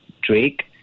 Drake